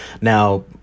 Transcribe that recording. Now